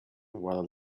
while